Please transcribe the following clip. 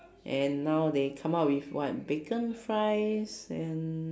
and now they come up with what bacon fries and